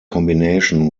combination